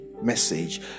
message